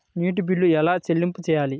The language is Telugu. నీటి బిల్లు ఎలా చెల్లింపు చేయాలి?